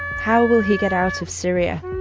how will he get out of syria?